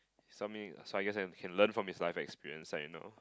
so I mean so I guess I can learn from his life experience you know